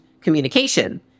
communication